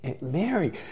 Mary